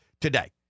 today